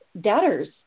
debtors